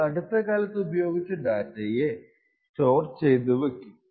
ഇത് അടുത്തകാലത്ത് ഉപയോഗിച്ച ഡാറ്റയെ സ്റ്റോർ ചെയ്തുവക്കും